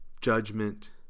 judgment